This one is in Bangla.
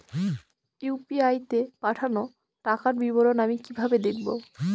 ইউ.পি.আই তে পাঠানো টাকার বিবরণ আমি কিভাবে দেখবো?